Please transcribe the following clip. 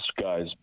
guys